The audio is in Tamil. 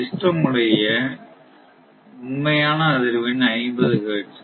சிஸ்டம் உடைய உண்மையான அதிர்வெண் 50 ஹெர்ட்ஸ்